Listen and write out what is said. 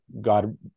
God